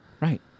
right